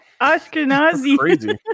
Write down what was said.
Ashkenazi